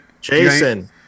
Jason